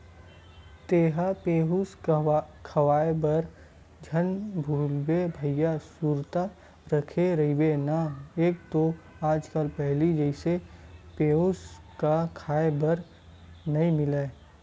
तेंहा पेयूस खवाए बर झन भुलाबे भइया सुरता रखे रहिबे ना एक तो आज कल पहिली जइसे पेयूस क खांय बर नइ मिलय